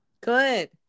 Good